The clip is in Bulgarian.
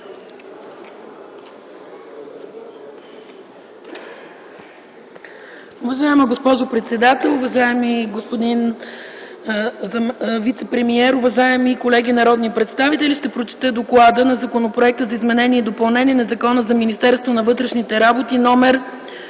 Уважаема госпожо председател, уважаеми господин вицепремиер, уважаеми колеги народни представители! Ще прочета: „ДОКЛАД на Законопроект за изменение и допълнение на Закона за Министерството на вътрешните работи, №